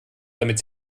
damit